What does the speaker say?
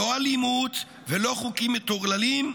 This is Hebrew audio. לא אלימות ולא חוקים מטורללים.